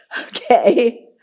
Okay